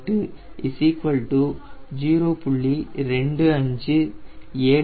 2573 6